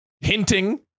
Hinting